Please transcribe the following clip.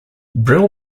brill